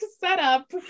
setup